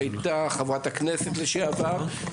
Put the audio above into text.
חברת הכנסת לשעבר,